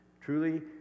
Truly